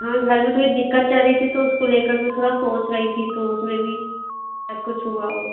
हाँ घर में थोड़ी दिक्कत चल रही थी तो उसको ले कर में थोड़ा सोच रही थी तो उस में भी शायद कुछ हुआ हो